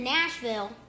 Nashville